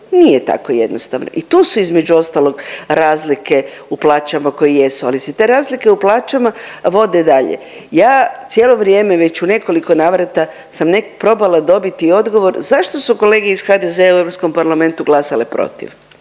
nije tako jednostavno i tu su između ostalog razlike u plaćama koje jesu, ali se te razlike u plaćama vode i dalje. Ja cijelo vrijeme već u nekoliko navrata sam probala dobiti odgovor zašto su kolege iz HDZ-a u